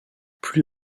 plus